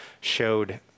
showed